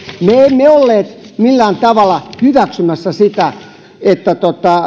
me emme olleet millään tavalla hyväksymässä sitä että